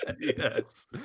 Yes